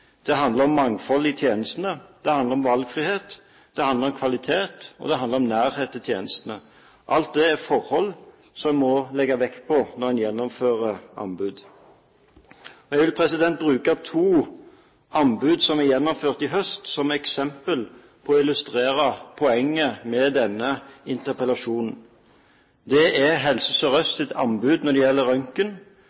Det handler om mangfold i tjenestene, det handler om valgfrihet, det handler om kvalitet, og det handler om nærhet til tjenestene. Alt dette er forhold som en må legge vekt på når en gjennomfører anbud. Jeg vil bruke som eksempel to anbud som er gjennomført i høst, for å illustrere poenget med denne interpellasjonen. Det er Helse